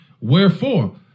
Wherefore